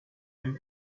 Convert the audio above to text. and